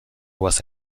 was